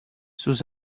sus